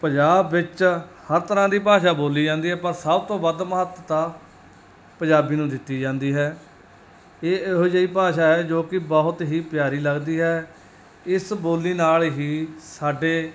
ਪੰਜਾਬ ਵਿੱਚ ਹਰ ਤਰ੍ਹਾਂ ਦੀ ਭਾਸ਼ਾ ਬੋਲੀ ਜਾਂਦੀ ਹੈ ਪਰ ਸਭ ਤੋਂ ਵੱਧ ਮਹੱਤਤਾ ਪੰਜਾਬੀ ਨੂੰ ਦਿੱਤੀ ਜਾਂਦੀ ਹੈ ਇਹ ਇਹੋ ਜਿਹੀ ਭਾਸ਼ਾ ਹੈ ਜੋ ਕਿ ਬਹੁਤ ਹੀ ਪਿਆਰੀ ਲੱਗਦੀ ਹੈ ਇਸ ਬੋਲੀ ਨਾਲ ਹੀ ਸਾਡੀ